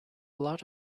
lot